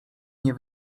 nie